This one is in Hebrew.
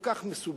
כל כך מסובך,